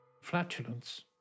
Flatulence